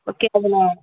okay அதில்